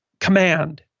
command